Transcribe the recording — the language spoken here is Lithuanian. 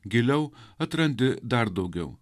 giliau atrandi dar daugiau